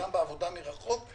גם בעבודה מרחוק,